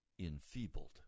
enfeebled